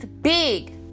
big